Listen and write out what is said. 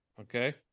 okay